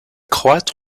croates